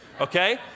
okay